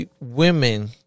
women